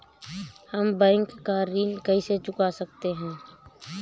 हम बैंक का ऋण कैसे चुका सकते हैं?